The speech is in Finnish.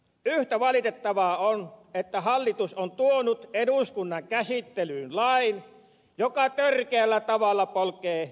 yhtä valitettavaa on että hallitus on tuonut eduskunnan käsittelyyn lain joka törkeällä tavalla polkee ihmisoikeuksia